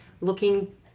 looking